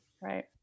Right